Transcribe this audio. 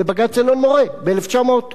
בבג"ץ אלון-מורה, בסוף שנות ה-70,